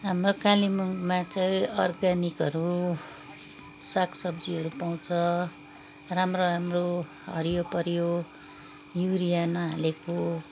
हाम्रो कालेबुङमा चाहिँ अर्ग्यानिकहरू सागसब्जीहरू पाउँछ राम्रो राम्रो हरियो परियो युरिया नहालेको